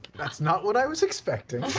that's not what i was expecting.